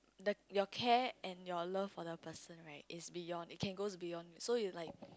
the your care and your love for the person right is beyond it can goes beyond so you like